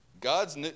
God's